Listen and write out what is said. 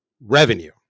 revenue